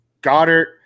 Goddard